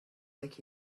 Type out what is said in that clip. like